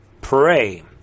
pray